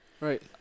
Right